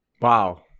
Wow